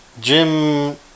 Jim